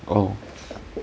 oh